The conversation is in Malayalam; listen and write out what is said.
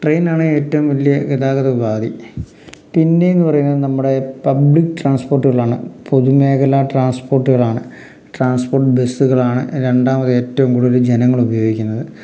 ട്രെയിനാണ് ഏറ്റവും വലിയ ഗതാഗത ഉപാധി പിന്നേ എന്ന് പറയുന്നത് നമ്മുടെ പബ്ലിക് ട്രാൻസ്പോർട്ടുകളാണ് പൊതുുമേഖല ട്രാൻസ്പോർട്ടുകളാണ് ട്രാൻസ്പോർട്ട് ബസ്സുകളാണ് രണ്ടാമത് ഏറ്റവും കൂടുതൽ ജനങ്ങൾ ഉപയോഗിക്കുന്നത്